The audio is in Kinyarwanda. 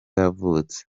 yavutse